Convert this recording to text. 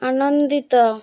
ଆନନ୍ଦିତ